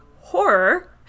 horror